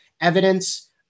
evidence